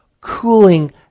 cooling